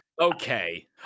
Okay